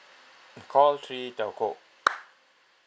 call three telco